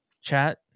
chat